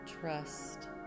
trust